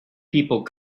people